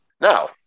Now